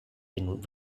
been